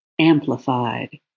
Amplified